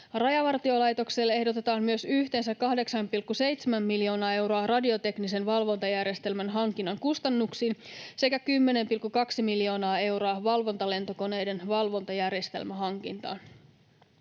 Rajavartiolaitokselle ehdotetaan myös yhteensä 8,7 miljoonaa euroa radioteknisen valvontajärjestelmän hankinnan kustannuksiin sekä 10,2 miljoonaa euroa valvontalentokoneiden valvontajärjestelmähankintaan.